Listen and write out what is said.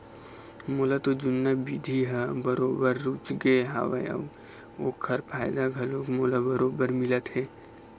मोला तो जुन्ना बिधि ह बरोबर रुचगे हवय अउ ओखर फायदा घलोक मोला बरोबर मिलत हे